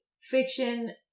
fiction